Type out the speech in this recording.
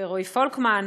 רועי פולקמן,